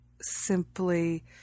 simply